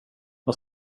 vad